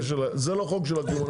אין לזה קשר, זה לא חוק של הקמעונאים.